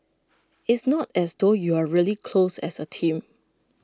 it's not as though you're really close as A team